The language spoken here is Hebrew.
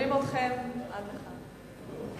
שומעים אתכם עד לכאן.